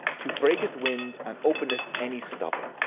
to breaketh wind and openeth any stopping.